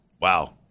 Wow